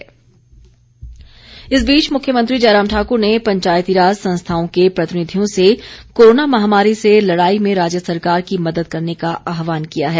जयराम इस बीच मुख्यमंत्री जयराम ठाकर ने पंचायतीराज संस्थाओं के प्रतिनिधियों से कोरोना महामारी से लड़ाई में राज्य सरकार की मदद करने का आहवान किया है